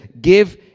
give